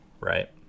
right